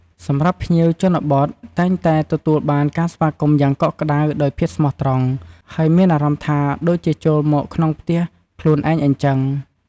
សម្រាប់ភ្ញៀវជនបទតែងតែទទួលបានការស្វាគមន៍យ៉ាងកក់ក្តៅដោយភាពស្មោះត្រង់ ហើយមានអារម្មណ៍ថាដូចជាចូលមកក្នុងផ្ទះខ្លួនឯងអញ្ចឹង។